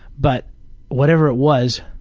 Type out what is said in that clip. but whatever it was,